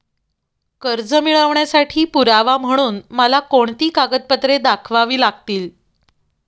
कर्ज मिळवण्यासाठी पुरावा म्हणून मला कोणती कागदपत्रे दाखवावी लागतील?